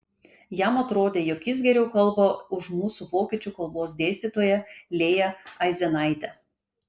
jam atrodė jog jis geriau kalba už mūsų vokiečių kalbos dėstytoją lėją aizenaitę